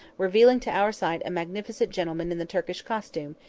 revealing to our sight a magnificent gentleman in the turkish costume,